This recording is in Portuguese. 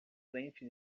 frente